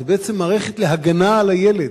זו בעצם מערכת להגנה על הילד.